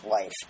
life